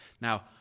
Now